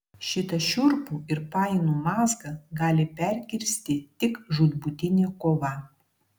šitą šiurpų ir painų mazgą gali perkirsti tik žūtbūtinė kova